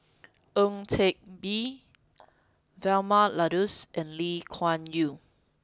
Ang Teck Bee Vilma Laus and Lee Kuan Yew